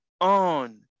on